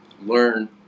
learn